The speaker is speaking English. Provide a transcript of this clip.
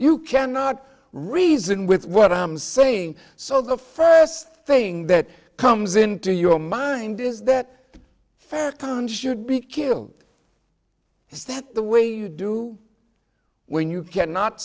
you cannot reason with what i'm saying so the first thing that comes into your mind is that fair comment should be killed is that the way you do when you cannot